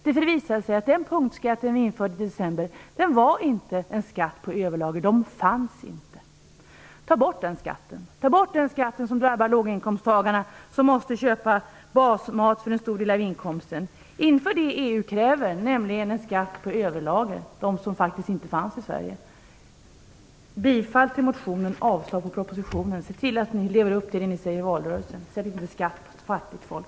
Det visar sig att den punktskatt som infördes i december inte var en skatt på överlager - det fanns inga överlager. Ta bort skatten! Ta bort den skatt som drabbar låginkomsttagarna, som måste köpa basmat för en stor del av inkomsten! Inför det EU kräver, nämligen en skatt på överlager! Jag yrkar alltså bifall till motionen och avslag på propositionen. Se till att ni lever upp till det ni sade i valrörelsen! Inför inte en skatt för fattigt folk!